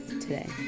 today